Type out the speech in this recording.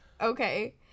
Okay